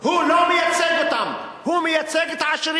הוא צריך את זה,